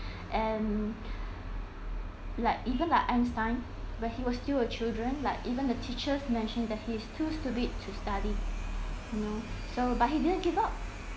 and like even like einstein where he was still a child like even the teachers mentioned that he's too stupid study you know so but he didn't give up